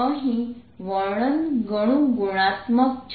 અહીં વર્ણન ઘણું ગુણાત્મક છે